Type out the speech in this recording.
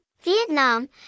Vietnam